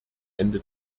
ende